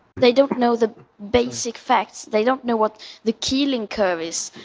they don't know the basic facts. they don't know what the keeling curve is.